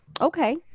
Okay